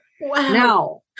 Now